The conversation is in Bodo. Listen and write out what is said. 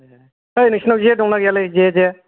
ओइ नोंसिनाव जे दंना गैयालै जे जे